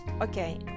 Okay